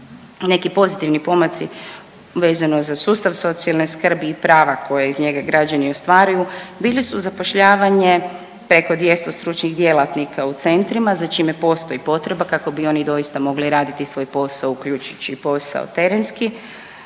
Neki pozitivni pomaci vezano za sustav socijalne skrbi i prava koja iz njega građani ostvaruju bili su zapošljavanje preko 200 stručnih djelatnika u centrima za čime postoji potreba kako bi oni doista mogli raditi svoj posao uključujući i posao terenski,